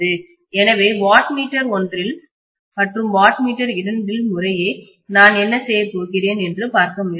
எனவே watt meter ஒன்றில் மற்றும் வாட் மீட்டர் இரண்டில் முறையே நான் என்ன செய்யப் போகிறேன் என்று பார்க்க முயற்சிப்போம்